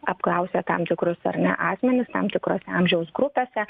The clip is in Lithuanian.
apklausę tam tikrus ar ne asmenis tam tikrose amžiaus grupėse